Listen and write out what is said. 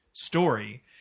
story